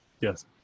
Yes